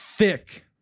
Thick